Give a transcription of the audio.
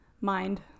Mind